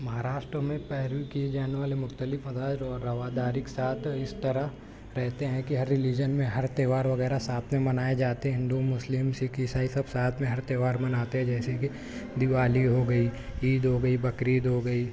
مہاراشٹرا میں پیروی کیے جانے والے مختلف اور رواداری کے ساتھ اس طرح رہتے ہیں کہ ہر رلیجن میں ہر تہوار وغیرہ ساتھ میں منائے جاتے ہیں ہندو مسلم سکھ عیسائی سب ساتھ میں ہر تہوار مناتے ہیں جیسےکہ دیوالی ہو گئی عید ہو گئی بقرعید ہو گئی